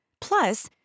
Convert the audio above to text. Plus